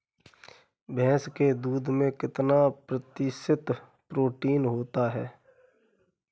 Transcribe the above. भैंस के दूध में कितना प्रतिशत प्रोटीन होता है?